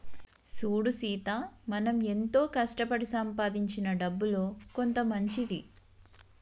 సూడు సీత మనం ఎంతో కష్టపడి సంపాదించిన డబ్బులో కొంత మంచిది